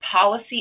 policy